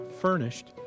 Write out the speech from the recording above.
furnished